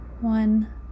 One